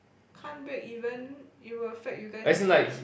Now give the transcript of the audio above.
can't break even it will affect you guys also eh